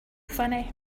funny